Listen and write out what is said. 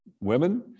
women